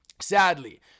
sadly